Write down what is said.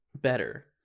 better